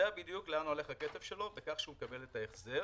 שמשלם המס פה יודע בדיוק לאן הולך הכסף שלו בכך שהוא מקבל את ההחזר.